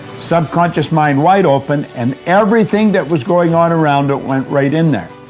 subconscious mind wide open, and everything that was going on around it went right in there.